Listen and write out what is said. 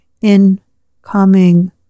incoming